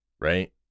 right